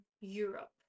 Europe